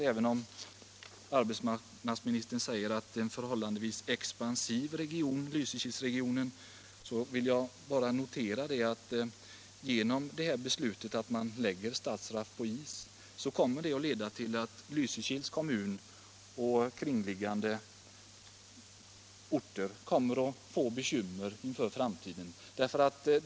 Även om arbetsmarknadsministern säger att Lysekilsregionen är en förhållandevis expansiv region, kommer beslutet att lägga Statsraff på is att leda till att Lysekils kommun och kringliggande orter får bekymmer i framtiden.